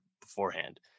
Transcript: beforehand